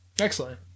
Excellent